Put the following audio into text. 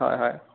হয় হয়